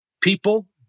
people